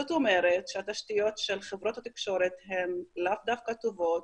זאת אומרת שהתשתיות של חברות התקשורת הן לאו דווקא טובות,